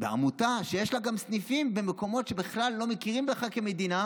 עמותה שיש לה גם סניפים במקומות שבכלל לא מכירים בך כמדינה,